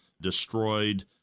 destroyed